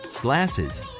glasses